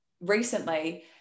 recently